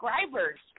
subscribers